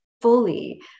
fully